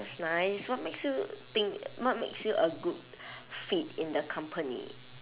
that's nice what makes you think what makes you a good fit in the company